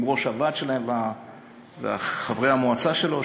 עם ראש הוועד שלהם וחברי המועצה שלו,